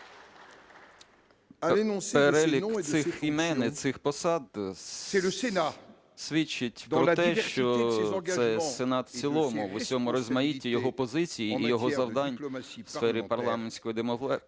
Перелік цих імен і цих посад свідчить про те, що це сенат в цілому, в усьому розмаїтті його позицій і його завдань у сфері парламентської дипломатії,